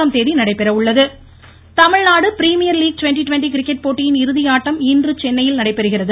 TNPL Tamil Nadu premier league twenty twenty cricket போட்டியின் இறுதி ஆட்டம் இன்று சென்னையில் நடைபெறுகிறது